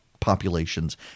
Populations